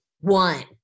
One